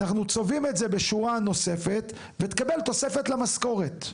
אנחנו צובעים את זה בשורה נוספת ותקבל תוספת למשכורת.